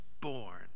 born